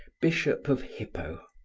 bishop of hippo.